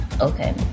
Okay